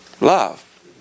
Love